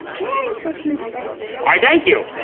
merry christmas grinch. why, thank you.